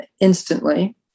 instantly